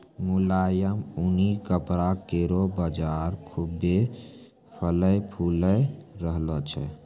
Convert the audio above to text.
मुलायम ऊनी कपड़ा केरो बाजार खुभ्भे फलय फूली रहलो छै